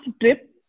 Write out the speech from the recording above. trip